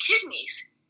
kidneys